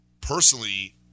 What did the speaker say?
personally